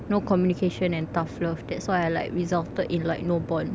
no communication and tough love that's why I like resulted in like no bond